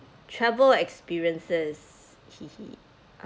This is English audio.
travel experiences